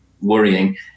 worrying